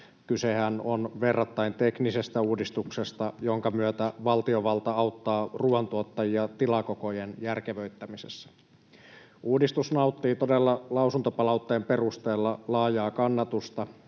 Kysehän on verrattain teknisestä uudistuksesta, jonka myötä valtiovalta auttaa ruuantuottajia tilakokojen järkevöittämisessä. Uudistus todella nauttii lausuntopalautteen perusteella laajaa kannatusta,